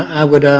i would